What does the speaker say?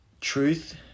truth